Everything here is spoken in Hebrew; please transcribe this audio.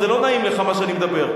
זה לא נעים לך מה שאני מדבר.